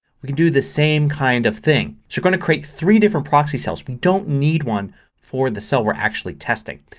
we do the same kind of thing. i'm going to create three different proxy cells. we don't need one for the cell we're actually testing.